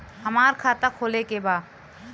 हमार खाता खोले के बा?